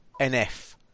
NF